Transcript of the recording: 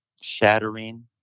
shattering